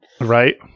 Right